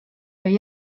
või